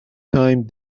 time